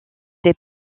des